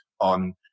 on